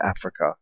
Africa